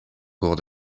cours